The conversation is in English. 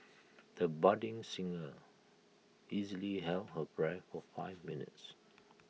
the budding singer easily held her breath for five minutes